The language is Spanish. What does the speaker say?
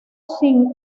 sin